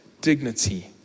dignity